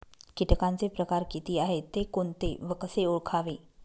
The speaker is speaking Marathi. किटकांचे प्रकार किती आहेत, ते कोणते व कसे ओळखावे?